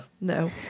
no